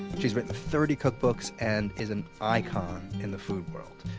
she's written thirty cookbooks, and is an icon in the food world.